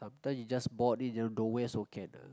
sometimes you just bored it then don't want also can ah